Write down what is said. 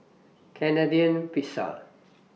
Canadian Pizza